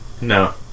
No